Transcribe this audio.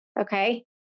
okay